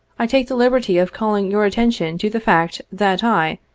i take the liberty of calling your attention to the fact that i,